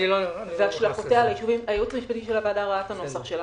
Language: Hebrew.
אני לא --- הייעוץ המשפטי של הוועדה ראה את הנוסח שלנו.